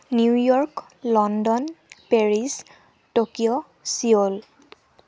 New York London Paris Tokyo Seoul